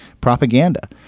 propaganda